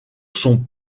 sont